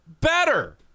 better